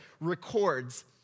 records